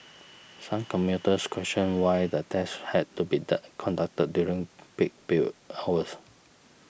some commuters questioned why the tests had to be conducted during peak pill hours